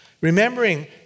Remembering